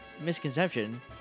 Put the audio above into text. misconception